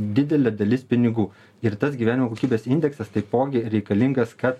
didelė dalis pinigų ir tas gyvenimo kokybės indeksas taipogi reikalingas kad